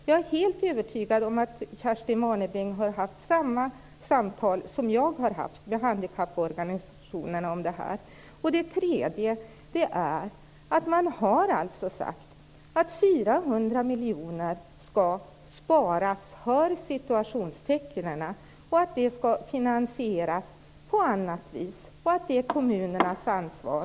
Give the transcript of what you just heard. Jag är helt övertygad om att Kerstin Warnerbring har haft samma samtal som jag har haft med handikapporganisationerna om det här. Man har dessutom sagt att 400 miljoner skall sparas - hör citationstecknen! Man har sagt att det skall finansieras på annat vis och att det är kommunernas ansvar.